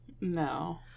no